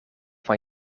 van